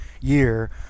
year